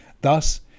Thus